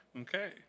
Okay